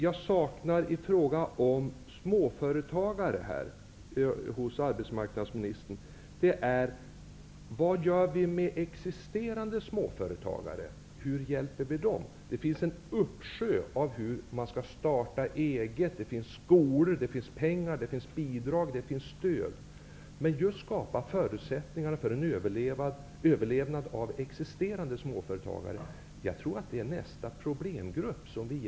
Jag saknar besked från arbetsmarknadsministern när det gäller frågan vad vi skall göra för existerande småföretagare, och hur vi skall hjälpa dem. Det finns mycket hjälp när det gäller hur man skall starta eget. För det finns det skolor, bidrag och stöd. Det finns inte när det gäller att skapa förutsättningar för existerande småföretag att överleva.